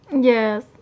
Yes